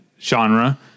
genre